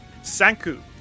Sanku